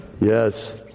yes